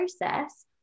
process